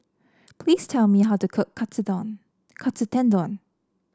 please tell me how to cook Katsu Tendon